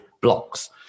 blocks